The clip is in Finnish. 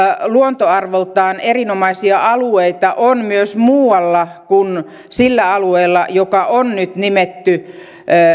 luontoarvoltaan erinomaisia alueita on myös muualla kuin sillä alueella joka on nyt nimetty